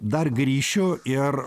dar grįšiu ir